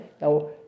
Now